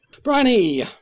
Branny